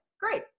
great